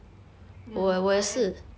ya lor I I